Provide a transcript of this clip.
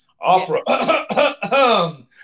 Opera